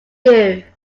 due